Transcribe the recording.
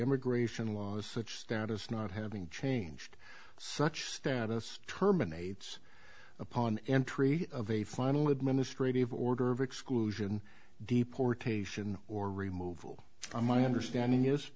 immigration laws such status not having changed such status terminates upon entry of a final administrative order of exclusion deportation or remove all my understanding is